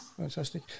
Fantastic